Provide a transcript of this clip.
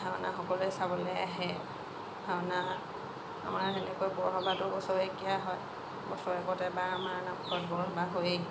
ভাওনা সকলোৱে চাবলৈ আহে ভাওনা আমাৰ সেনেকৈ বৰসবাহটো বছৰেকীয়া হয় বছৰেকত এবাৰ আমাৰ নামঘৰত বৰসবাহ হয়েই